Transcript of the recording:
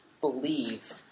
believe